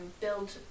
build